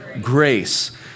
grace